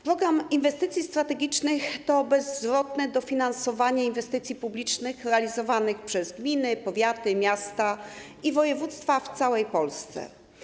Program Inwestycji Strategicznych to bezzwrotne dofinansowanie inwestycji publicznych realizowanych przez gminy, powiaty, miasta i województwa w całej Polsce.